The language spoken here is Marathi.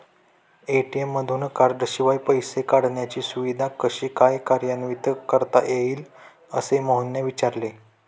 ए.टी.एम मधून कार्डशिवाय पैसे काढण्याची सुविधा कशी काय कार्यान्वित करता येईल, असे मोहनने विचारले